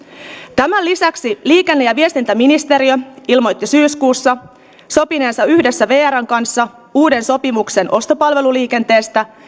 tämän lisäksi liikenne ja viestintäministeriö ilmoitti syyskuussa sopineensa yhdessä vrn kanssa uuden sopimuksen ostopalveluliikenteestä